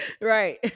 Right